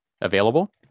available